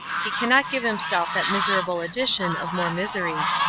he cannot give himself that miserable addition of more misery.